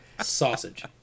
Sausage